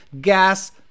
gas